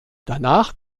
danach